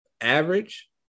average